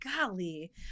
golly